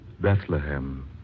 Bethlehem